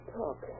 talk